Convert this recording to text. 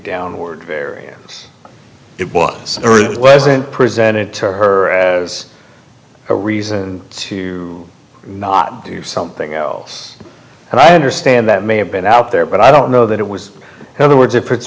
downward various it was a it wasn't presented to her as a reason to not do something else and i understand that may have been out there but i don't know that it was her words if it's